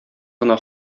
гына